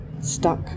stuck